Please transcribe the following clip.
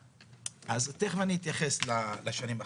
ותיכף אני אתייחס לשנים האחרונות.